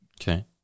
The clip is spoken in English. Okay